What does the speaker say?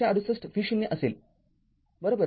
३६८v0 असेल बरोबर